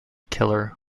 killer